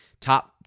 top